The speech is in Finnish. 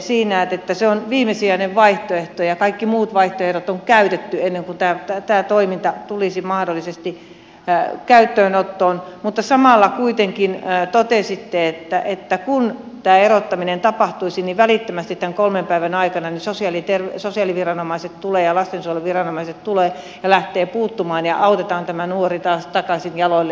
sanoitte että se on viimesijainen vaihtoehto ja kaikki muut vaihtoehdot on käytetty ennen kuin tämä toiminta tulisi mahdollisesti käyttöönottoon mutta samalla kuitenkin totesitte että kun tämä erottaminen tapahtuisi niin välittömästi tämän kolmen päivän aikana sosiaaliviranomaiset tulisivat ja lastensuojeluviranomaiset tulisivat ja lähtisivät puuttumaan ja autettaisiin tämä nuori taas takaisin jaloilleen